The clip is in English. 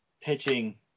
pitching